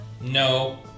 No